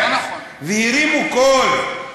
והרימו קול,